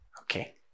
Okay